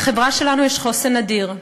לחברה שלנו יש חוסן אדיר.